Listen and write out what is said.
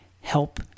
Help